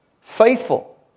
faithful